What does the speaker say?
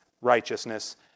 righteousness